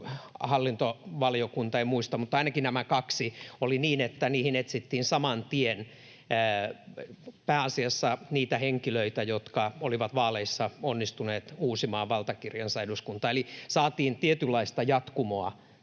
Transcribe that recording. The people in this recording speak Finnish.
hallintovaliokuntaan, en muista, mutta ainakin näihin kahteen etsittiin saman tien pääasiassa niitä henkilöitä, jotka olivat vaaleissa onnistuneet uusimaan valtakirjansa eduskuntaan. Eli saatiin tietynlaista jatkumoa